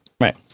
right